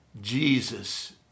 Jesus